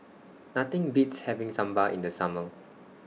Nothing Beats having Sambal in The Summer